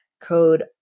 code